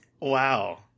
wow